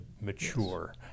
mature